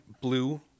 blue